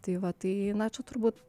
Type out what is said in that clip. tai va tai na čia turbūt